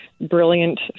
brilliant